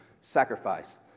sacrifice